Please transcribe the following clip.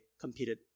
competed